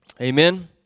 Amen